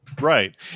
Right